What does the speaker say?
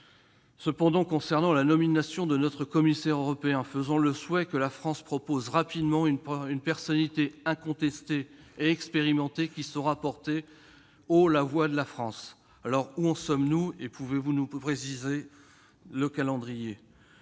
Cependant, concernant la nomination de notre commissaire européen, formons le souhait que la France propose rapidement une personnalité incontestée et expérimentée qui saura porter haut la voix de la France. Où en sommes-nous sur ce point, madame la secrétaire